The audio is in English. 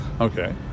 Okay